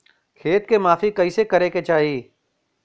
खेत के माफ़ी कईसे करें के चाही?